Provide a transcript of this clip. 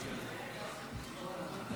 אתם תוותרו לפני שאני אוותר.